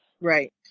Right